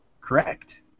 Correct